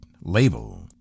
label